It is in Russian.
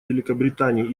великобритании